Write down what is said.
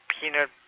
peanut